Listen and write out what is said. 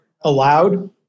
allowed